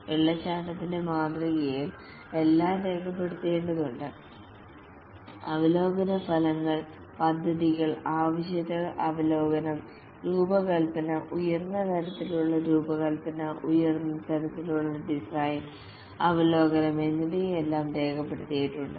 വെള്ളച്ചാട്ടത്തിന്റെ മാതൃകയിൽ എല്ലാം രേഖപ്പെടുത്തേണ്ടതുണ്ട് അവലോകന ഫലങ്ങൾ പദ്ധതികൾ ആവശ്യകത അവലോകനം രൂപകൽപ്പന ഉയർന്ന തലത്തിലുള്ള രൂപകൽപ്പന ഉയർന്ന തലത്തിലുള്ള ഡിസൈൻ അവലോകനം എന്നിവയെല്ലാം രേഖപ്പെടുത്തിയിട്ടുണ്ട്